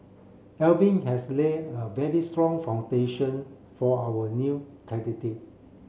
Alvin has laid a very strong foundation for our new candidate